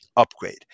Upgrade